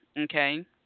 Okay